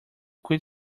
quit